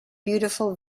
beautiful